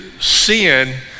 sin